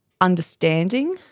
understanding